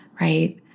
right